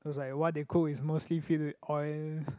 it was like what they cook is mostly filled with oil